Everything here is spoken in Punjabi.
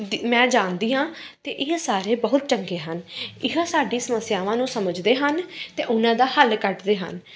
ਦੀ ਮੈਂ ਜਾਣਦੀ ਹਾਂ ਅਤੇ ਇਹ ਸਾਰੇ ਬਹੁਤ ਚੰਗੇ ਹਨ ਇਹ ਸਾਡੀ ਸਮੱਸਿਆਵਾਂ ਨੂੰ ਸਮਝਦੇ ਹਨ ਅਤੇ ਉਹਨਾਂ ਦਾ ਹੱਲ ਕੱਢਦੇ ਹਨ